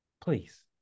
Please